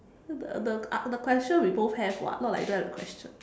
the the the an~ the question we both have [what] not like we don't have the question